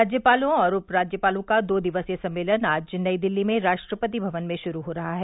राज्यपालों और उप राज्यपालों का दो दिवसीय सम्मेलन आज नई दिल्ली में राष्ट्रपति भवन में श्रू हो रहा है